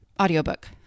audiobook